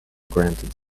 granted